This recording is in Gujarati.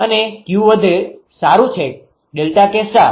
અને કયું વધુ સારું છે ડેલ્ટા કે સ્ટાર